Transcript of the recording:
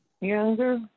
Younger